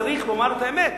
צריך לומר את האמת.